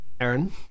Aaron